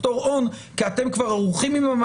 אני רק חושב שכאשר הולכים לדבר כזה,